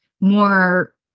more